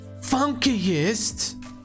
funkiest